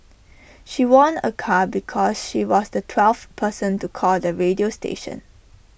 she won A car because she was the twelfth person to call the radio station